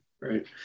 right